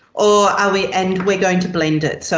or are we, and we're going to blend it. so